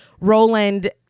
roland